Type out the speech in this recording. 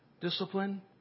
discipline